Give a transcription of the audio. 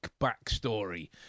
backstory